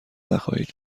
نخواهید